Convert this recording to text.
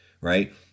right